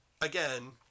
Again